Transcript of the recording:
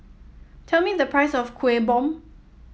tell me the price of Kuih Bom